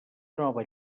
nova